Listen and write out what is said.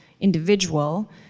individual